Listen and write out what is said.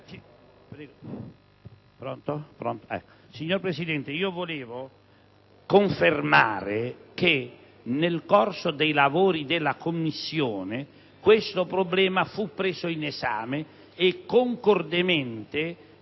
Signor Presidente, volevo confermare che, nel corso dei lavori della Commissione, questo problema è stato preso in esame e concordemente,